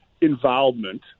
involvement